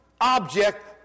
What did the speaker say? object